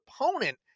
opponent